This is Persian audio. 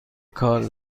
کار